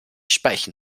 speichen